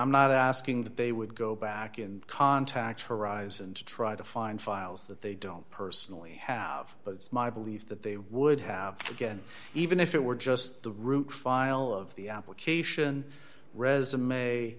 i'm not asking that they would go back and contact horizon to try to find files that they don't personally have but it's my belief that they would have again even if it were just the root file of the application resume